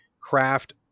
craft